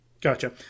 Gotcha